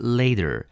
later